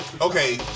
okay